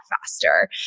faster